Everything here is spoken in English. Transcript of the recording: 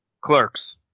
Clerks